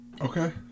Okay